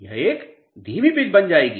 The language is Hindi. यह एक धीमी पिच बन जाएगी